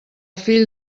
fill